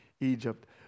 Egypt